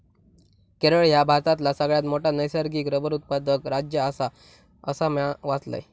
केरळ ह्या भारतातला सगळ्यात मोठा नैसर्गिक रबर उत्पादक राज्य आसा, असा म्या वाचलंय